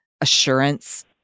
assurance